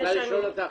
אפשר לשאול אותך